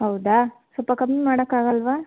ಹೌದಾ ಸ್ವಲ್ಪ ಕಮ್ಮಿ ಮಾಡೋಕಾಗಲ್ಲವಾ